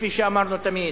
כפי שאמרנו תמיד,